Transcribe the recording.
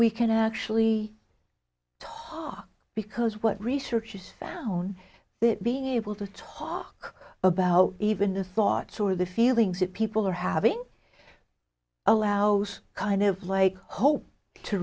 we can actually talk because what researchers found that being able to talk about even the thoughts or the feelings that people are having allows kind of like hope to